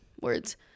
Words